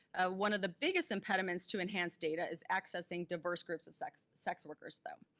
one of the biggest impediments to enhance data is accessing diverse groups of sex sex workers though,